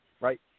right